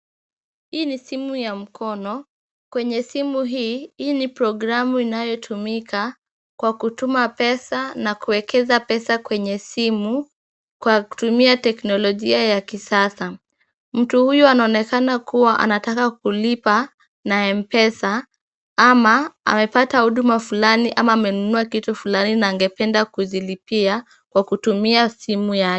Hii ni simu ya mkono. Kwenye simu hii, hii ni programu inayotumika kwa kutuma pesa na kuwekeza pesa kwenye simu kwa kutumia teknolojia ya kisasa. Mtu huyo anaonekana kua anataka kulipa na Mpesa ama amepata huduma fulani ama amenunua kitu fulani na angependa kuzilipia kwa kutumia simu yake.